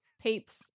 peeps